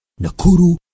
Nakuru